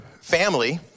family—